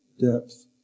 depth